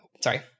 sorry